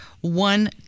one